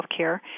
healthcare